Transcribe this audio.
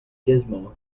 gizmo